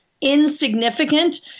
insignificant